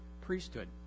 priesthood